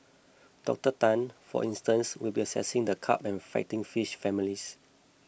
Doctor Tan for instance will be assessing the carp and fighting fish families